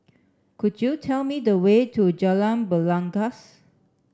could you tell me the way to Jalan Belangkas